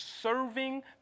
serving